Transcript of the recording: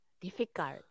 Difficult